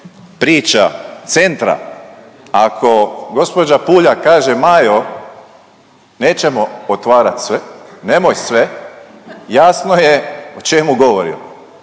priča Centra, ako gđa Puljak kaže, Majo, nećemo otvarati sve, nemoj sve, jasno je o čemu govorim.